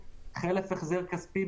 חלף החזר כספי,